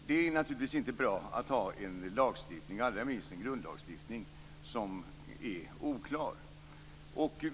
Det är naturligtvis inte bra att ha en lagstiftning - allra minst en grundlagsstiftning - som är oklar.